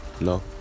No